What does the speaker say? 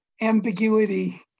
ambiguity